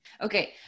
Okay